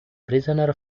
prisoner